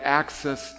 access